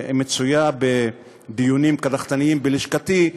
שנמצאת בדיונים קדחתניים בלשכתי,